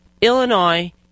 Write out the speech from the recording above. Illinois